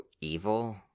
Evil